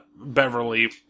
Beverly